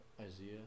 Isaiah